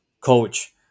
coach